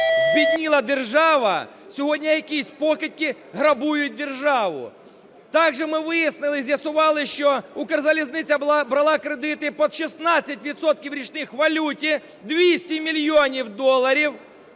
збідніла держава, сьогодні якісь покидьки грабують державу. Також ми вияснили, з'ясували, що Укрзалізниця брала кредити під 16 відсотків річних у валюті 200 мільйонів доларів,